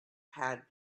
had